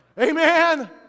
Amen